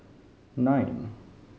nine